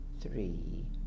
three